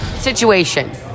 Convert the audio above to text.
situation